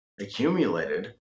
accumulated